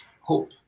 hope